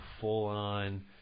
full-on